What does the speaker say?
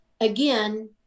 again